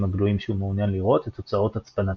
הגלויים שהוא מעוניין לראות את תוצאת הצפנתם.